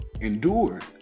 endured